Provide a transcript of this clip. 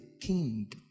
king